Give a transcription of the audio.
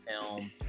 film